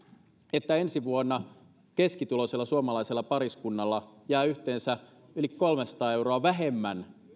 että ensi vuonna keskituloisella suomalaisella pariskunnalla jää yhteensä yli kolmesataa euroa vähemmän